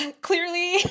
Clearly